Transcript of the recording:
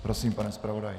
Prosím, pane zpravodaji.